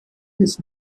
his